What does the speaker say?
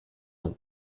nom